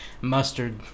mustard